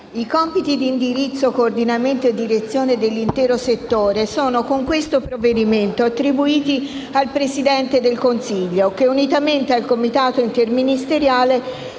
i compiti di indirizzo, coordinamento e direzione dell'intero settore con questo provvedimento sono attribuiti al Presidente del Consiglio, che, unitamente al Comitato interministeriale